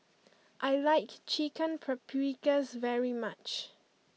I like Chicken Paprikas very much